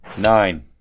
Nine